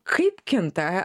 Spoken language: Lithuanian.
kaip kinta